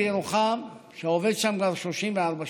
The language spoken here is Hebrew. בנושא חשוב שהוא בנפשם של אנשים רבים.